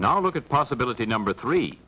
now look at possibility number three